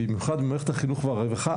במיוחד במערכת החינוך והרווחה,